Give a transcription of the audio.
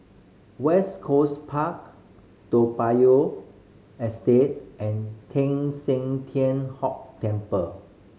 West Coast Park Toa Payoh and Teng San Tian Hock Temple